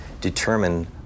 determine